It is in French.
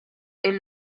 est